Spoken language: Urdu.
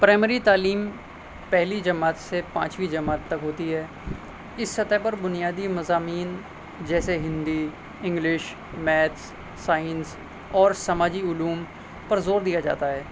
پرائمری تعلیم پہلی جماعت سے پانچویں جماعت تک ہوتی ہے اس سطح پر بنیادی مضامین جیسے ہندی انگلش میتھس سائنس اور سماجی علوم پر زور دیا جاتا ہے